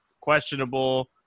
questionable